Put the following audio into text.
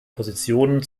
positionen